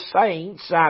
saints